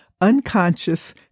unconscious